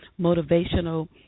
motivational